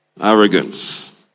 Arrogance